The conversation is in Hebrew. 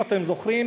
אם אתם זוכרים,